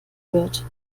wird